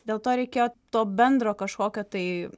dėl to reikėjo to bendro kažkokio tai